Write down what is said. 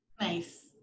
Nice